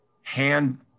hand